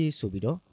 subido